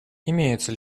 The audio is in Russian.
имеются